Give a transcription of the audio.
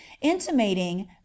intimating